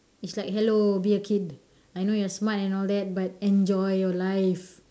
it's like hello be a kid I know you are smart and all that but enjoy your life